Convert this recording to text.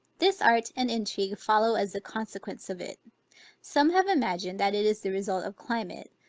this art and intrigue follow as the consequence of it some have imagined, that it is the result of climate,